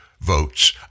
votes